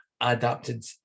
adapted